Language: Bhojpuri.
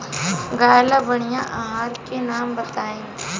गाय ला बढ़िया आहार के नाम बताई?